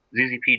ZZP